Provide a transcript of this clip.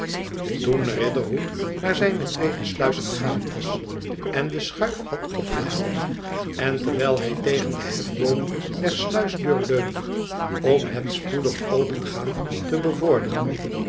toen riderhood naar zijne tweede sluis gegaan was en de schuif had opgehaald en terwijl hij tegen den hefboom der sluisdeur leunde om het spoedig opengaan te bevorderen